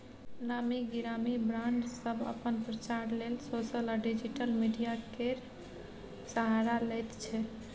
नामी गिरामी ब्राँड सब अपन प्रचार लेल सोशल आ डिजिटल मीडिया केर सहारा लैत छै